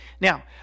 Now